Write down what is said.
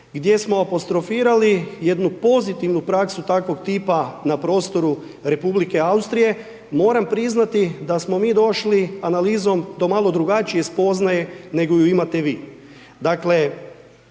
gdje smo apostrofirali jednu pozitivnu praksu takvog tipa na prostoru RH, moram priznati da smo mi došli analizom do malo drugačije spoznaje nego ju imate vi.